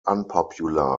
unpopular